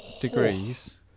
degrees